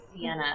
Sienna